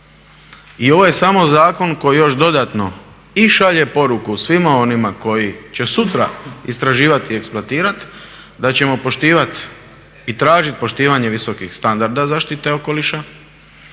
I ovo je samo zakon koji još dodatno i šalje poruku svima onima koji će sutra istraživati i eksploatirati, da ćemo poštivati i tražiti poštivanje visokih standarda zaštite okoliša,